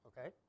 okay